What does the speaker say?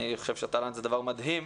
אני חושב שהתל"ן זה דבר מדהים,